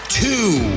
two